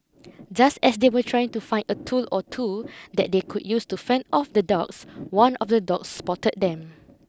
just as they were trying to find a tool or two that they could use to fend off the dogs one of the dogs spotted them